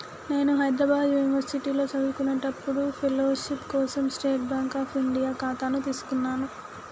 నేను హైద్రాబాద్ యునివర్సిటీలో చదువుకునేప్పుడు ఫెలోషిప్ కోసం స్టేట్ బాంక్ అఫ్ ఇండియా ఖాతాను తీసుకున్నాను